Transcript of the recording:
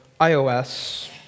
iOS